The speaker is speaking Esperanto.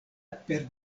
per